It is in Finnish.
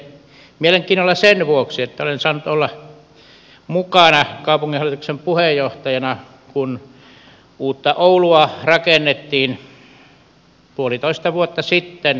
mielenkiinnolla sen vuoksi että olen saanut olla mukana kaupunginhallituksen puheenjohtajana kun uutta oulua rakennettiin kaksi vuotta sitten